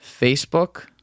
Facebook